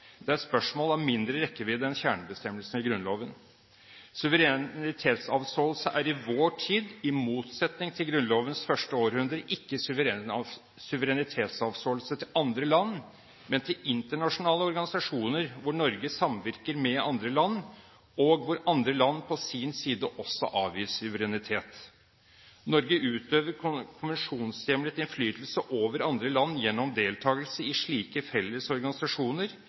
er et spørsmål av mindre rekkevidde enn kjernebestemmelsene i Grunnloven. Suverenitetsavståelse er i vår tid, i motsetning til Grunnlovens første århundre, ikke suverenitetsavståelse til andre land, men til internasjonale organisasjoner, hvor Norge samvirker med andre land, og hvor andre land på sin side også avgir suverenitet. Norge utøver konvensjonshjemlet innflytelse over andre land gjennom deltakelse i slike felles organisasjoner